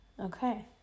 Okay